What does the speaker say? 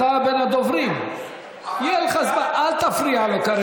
יש עתיד בכלל לא יכולים להצביע איתך.